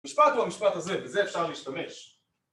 המשפט הוא המשפט הזה וזה אפשר להשתמש